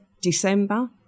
December